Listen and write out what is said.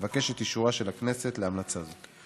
אבקש את אישורה של הכנסת להמלצה זו.